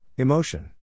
Emotion